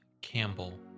Campbell